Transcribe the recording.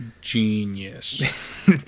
Genius